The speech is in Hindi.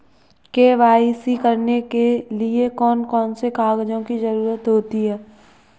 के.वाई.सी करने के लिए कौन कौन से कागजों की जरूरत होती है?